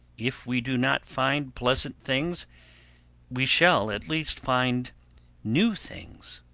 if we do not find pleasant things we shall at least find new things.